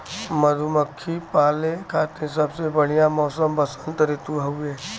मधुमक्खी पाले खातिर सबसे बढ़िया मौसम वसंत ऋतु हउवे